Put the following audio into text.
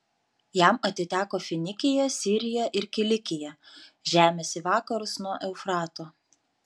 jam atiteko finikija sirija ir kilikija žemės į vakarus nuo eufrato